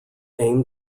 aim